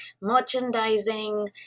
merchandising